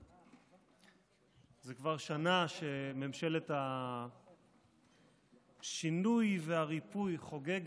זה כבר שנה שממשלת השינוי והריפוי חוגגת,